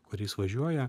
kuriais važiuoja